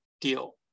deal